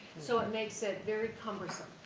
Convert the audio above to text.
so, it makes it very cumbersome.